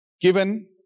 given